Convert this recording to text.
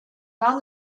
found